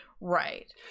right